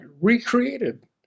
recreated